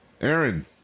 Aaron